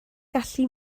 gallu